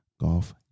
golf